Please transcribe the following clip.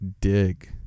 dig